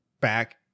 back